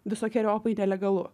visokeriopai nelegalu